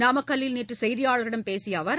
நாமக்கல்லில் நேற்று செய்தியாளர்களிடம் பேசிய அவர்